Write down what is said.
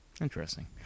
Interesting